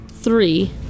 three